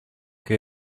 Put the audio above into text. que